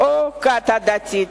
או כת דתית.